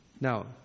Now